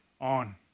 on